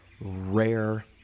rare